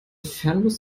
fernbus